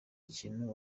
kintu